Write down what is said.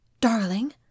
darling